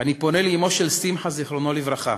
אני פונה לאמו של שמחה, זיכרונו לברכה,